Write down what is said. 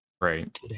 Right